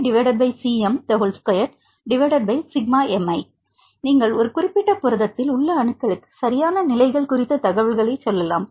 Rg ∑miXiCm2∑mi12 நீங்கள் ஒரு குறிப்பிட்ட புரதத்தில் உள்ள அணுக்களுக்கு சரியான நிலைகள் குறித்த தகவல்களைச் சொல்லலாம்